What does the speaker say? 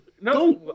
No